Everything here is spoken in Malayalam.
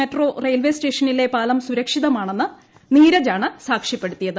മെട്രോ റെയിൽവേസ്റ്റേഷനിലെ പാല്പ് സുര്ക്ഷിതമാണെന്ന് നീരജാണ് സാക്ഷ്യപ്പെടുത്തിയത്